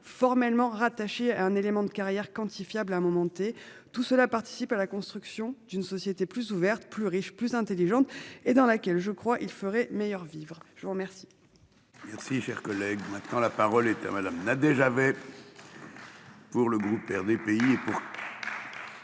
formellement rattaché à un élément de carrière quantifiable un et tout cela participe à la construction d'une société plus ouverte, plus riche, plus intelligente et dans laquelle je crois il ferait meilleur vivre, je vous remercie.--